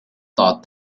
thought